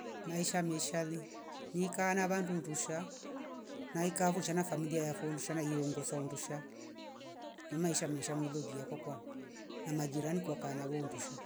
Maisha meshali nika nava vandundusha naikavo shana familia yafo undusha naiyo ongoza undusha mmaisha maisha mlolia kwakwa na mjairani kwaka wondusha